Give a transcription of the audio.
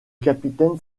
capitaine